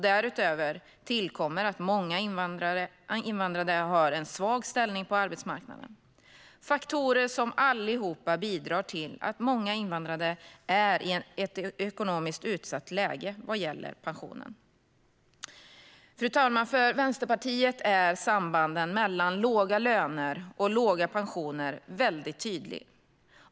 Därutöver tillkommer att många invandrade har en svag ställning på arbetsmarknaden. Dessa faktorer bidrar alla till att många invandrade är i ett ekonomiskt utsatt läge vad gäller pensionen. Fru talman! För Vänsterpartiet är sambanden mellan låga löner och låga pensioner mycket tydliga.